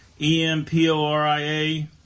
E-M-P-O-R-I-A